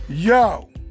Yo